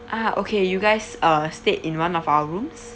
ah okay you guys uh stayed in one of our rooms